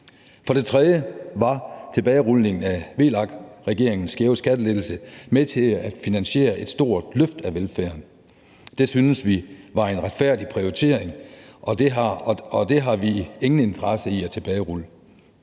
For det tredje var tilbagerulningen af VLAK-regeringens skæve skattelettelse med til at finansiere et stort løft af velfærden. Det synes vi var en retfærdig prioritering, og det har vi ingen interesse i at tilbagerulle.